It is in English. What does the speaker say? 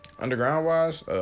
Underground-wise